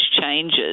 changes